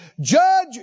judge